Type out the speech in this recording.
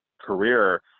career